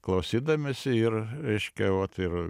klausydamiesi ir reiškia vot ir